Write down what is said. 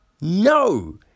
No